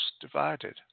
divided